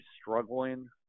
struggling